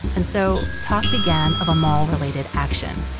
and so, talk began of a mall-related action.